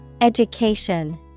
Education